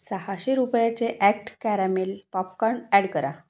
सहाशे रुपयाचे act caramel popcorn add करा